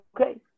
Okay